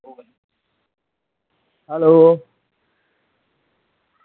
hello